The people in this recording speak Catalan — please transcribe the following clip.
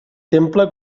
temple